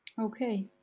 Okay